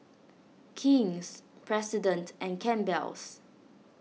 King's President and Campbell's